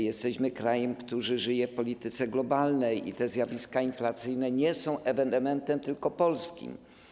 Jesteśmy krajem, który żyje w warunkach polityki globalnej, i zjawiska inflacyjne nie są ewenementem tylko polskim.